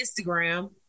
Instagram